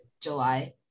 July